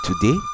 today